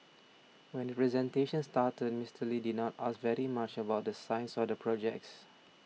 when the presentation started Mister Lee did not ask very much about the science or the projects